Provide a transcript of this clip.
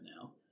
now